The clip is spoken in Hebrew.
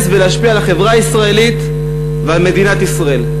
ולהשפיע על החברה הישראלית ועל מדינת ישראל.